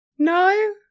No